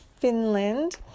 Finland